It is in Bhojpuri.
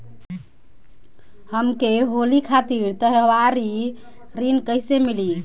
हमके होली खातिर त्योहारी ऋण कइसे मीली?